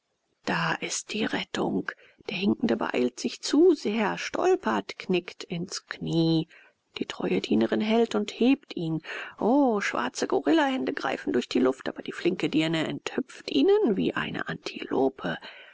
da ist die rettung der hinkende beeilt sich zu sehr stolpert knickt ins knie die treue dienerin hält und hebt ihn o schwarze gorillahände greifen durch die luft aber die flinke dirne enthüpft ihnen wie eine antilope